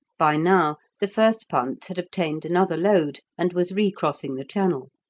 by now, the first punt had obtained another load, and was re-crossing the channel.